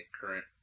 current